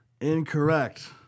incorrect